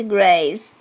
Grace